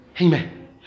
amen